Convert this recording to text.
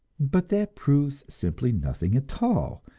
but that proves simply nothing at all,